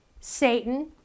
Satan